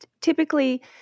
Typically